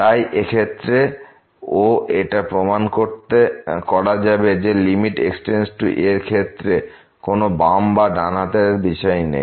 তাই এই ক্ষেত্রে ও এটা প্রমাণ করা যাবে যে লিমিট x→a এর ক্ষেত্রে কোন বাম বা ডান হাতের বিষয় নেই